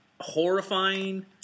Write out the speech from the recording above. horrifying